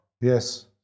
Yes